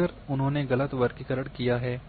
अगर उन्होंने गलत वर्गीकरण किया है